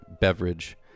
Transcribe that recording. beverage